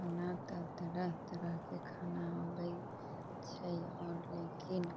खाना तऽ तरह तरहके खाना अबै छै आओर लेकिन